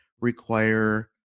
require